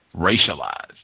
racialized